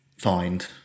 find